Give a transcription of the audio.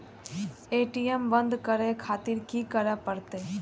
ATM बंद करें खातिर की करें परतें?